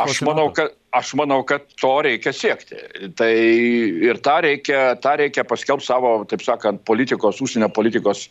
aš manau kad aš manau kad to reikia siekti tai ir tą reikia tą reikia paskelbt savo taip sakant politikos užsienio politikos